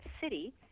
City